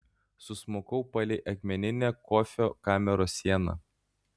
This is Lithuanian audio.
susmukau palei akmeninę kofio kameros sieną